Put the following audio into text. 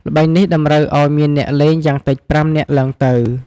ល្បែងនេះតម្រូវឲ្យមានអ្នកលេង យ៉ាងតិច ៥នាក់ ឡើងទៅ។